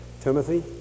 Timothy